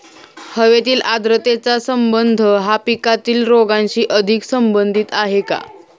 हवेतील आर्द्रतेचा संबंध हा पिकातील रोगांशी अधिक संबंधित आहे का?